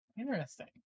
Interesting